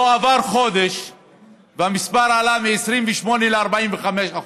לא עבר חודש והמספר עלה מ-28% ל-45%.